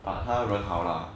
but 他人好啦